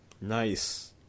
Nice